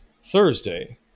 Thursday